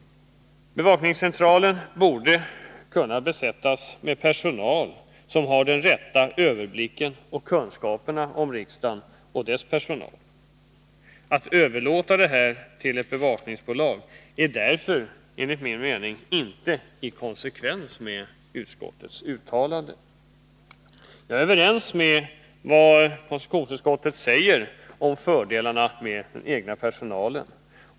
Bevakningscentralen borde kunna besättas med personal som har den rätta överblicken och de rätta kunskaperna när det gäller riksdagen och dess anställda. Att överlåta uppgifter av detta slag till ett bevakningsbolag är därför enligt min mening inte i konsekvens med utskottets uttalande. Jag instämmer i vad konstitutionsutskottet säger beträffande fördelarna med anlitande av egen personal.